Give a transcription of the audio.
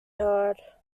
hard